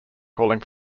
calling